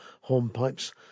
hornpipes